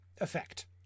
effect